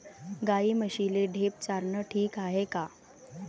गाई म्हशीले ढेप चारनं ठीक हाये का?